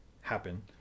Happen